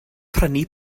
prynu